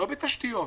לא בתשתיות,